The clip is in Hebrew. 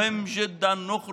חשוב מאוד שנצא